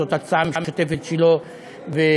זאת הצעה משותפת שלו ושלי.